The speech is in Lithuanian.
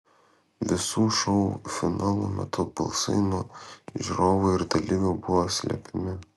visų šou finalų metu balsai nuo žiūrovų ir dalyvių buvo slepiami